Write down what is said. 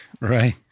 Right